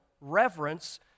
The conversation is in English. reverence